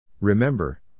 Remember